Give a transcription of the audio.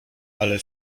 ale